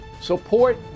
support